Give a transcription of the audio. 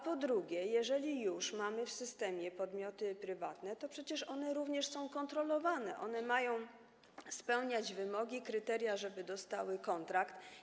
Po drugie, jeżeli mamy w systemie podmioty prywatne, to przecież one również są kontrolowane, one mają spełniać wymogi, kryteria, żeby dostały kontrakt.